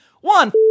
One